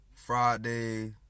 Friday